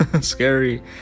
scary